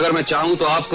but job. ah